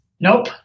Nope